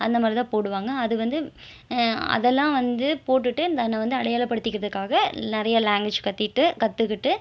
அந்தமாதிரி தான் போடுவாங்கள் அது வந்து அதெல்லாம் வந்து போட்டுட்டு தன்னை வந்து அடையாளப்படுத்திக்கிறதுக்காக நிறையா லாங்குவேஜ் கத்திகிட்டு கற்றுக்கிட்டு